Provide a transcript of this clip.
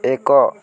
ଏକ